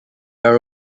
are